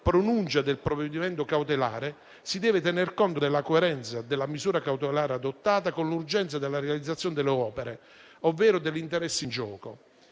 pronuncia del provvedimento cautelare si deve tener conto della coerenza della misura cautelare adottata con l'urgenza della realizzazione dell'opera, ovvero degli interessi in gioco.